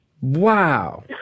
wow